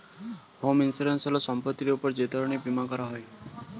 home insurance হল সম্পত্তির উপর যে ধরনের বীমা করা হয়